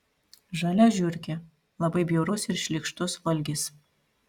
žalia žiurkė labai bjaurus ir šlykštus valgis